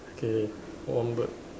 okay one bird